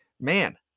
Man